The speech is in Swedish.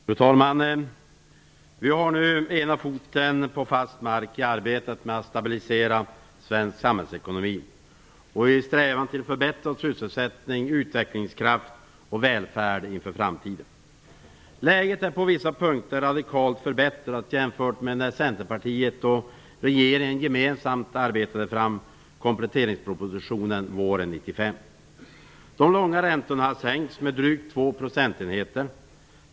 Fru talman! Vi har nu ena foten på fast mark i arbetet med att stabilisera svensk samhällsekonomi och i strävan till förbättrad sysselsättning, utvecklingskraft och välfärd inför framtiden. Läget är på vissa punkter radikalt förbättrat jämfört med när Centerpartiet och regeringen gemensamt arbetade fram kompletteringspropositionen våren 1995. De långa räntorna sänks med drygt två procentenheter.